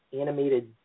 animated